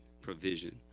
provision